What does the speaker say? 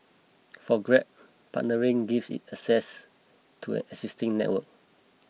for grab partnering gives it access to an existing network